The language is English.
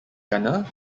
gunner